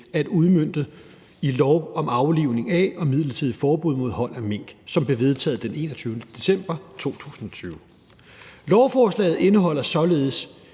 at udmønte i lov om aflivning af og midlertidigt forbud mod hold af mink, som blev vedtaget den 21. december 2020. Lovforslaget indeholder således